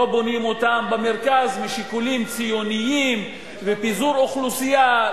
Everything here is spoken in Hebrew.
לא בונים אותן במרכז משיקולים ציוניים ופיזור אוכלוסייה.